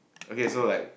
okay so like